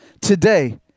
today